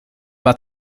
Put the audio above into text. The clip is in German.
war